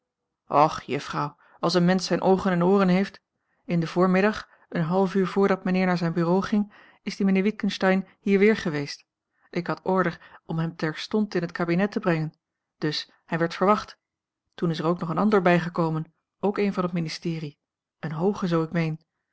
och juffrouw als een mensch zijn oogen en ooren heeft in den voormiddag een half uur voordat mijnheer naar zijn bureau ging is die mijnheer witgensteyn hier weer geweest ik had order om hem terstond in het kabinet te brengen dus hij werd verwacht toen is er ook nog een ander bijgekomen ook a l g bosboom-toussaint langs een omweg een van het ministerie een hooge zoo ik meen